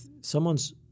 someone's